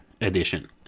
edition